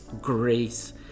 grace